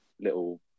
little